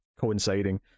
coinciding